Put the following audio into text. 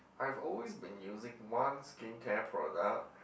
I've always been using one skincare product